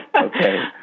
Okay